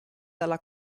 dalla